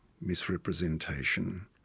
misrepresentation